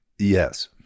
Yes